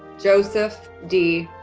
joseph d.